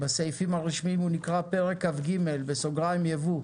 בסעיפים הרשמיים הוא נקרא פרק כ"ג (יבוא),